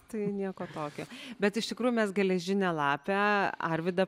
tai nieko tokio bet iš tikrųjų mes geležinę lapę arvidą